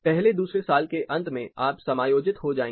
पहले दूसरे साल के अंत में आप समायोजित हो जाएंगे